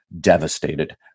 devastated